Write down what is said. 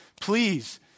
please